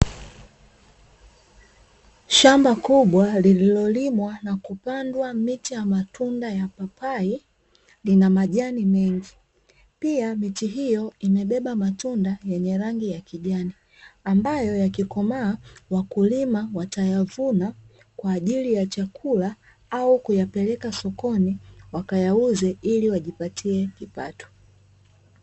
Shamba kubwa lililolimwa na kupandwa miti ya matundanda ya papai . Lina majani mengi ya miti hiyo imebeba matunda yenye rangi ya kijani. Ambayo ya kikomaa watayavuna kwa ajili ya chakula au kuyapeleka sokoni wakayauze ili wajipatie kipato.